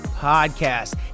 podcast